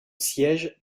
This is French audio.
siège